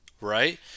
right